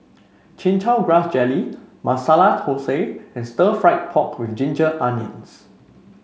Chin Chow Grass Jelly Masala Thosai and Stir Fried Pork with Ginger Onions